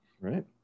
Right